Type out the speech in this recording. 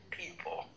people